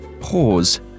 pause